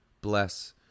bless